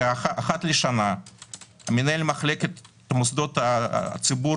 שאחת לשנה מנהל מחלקת מוסדות הציבור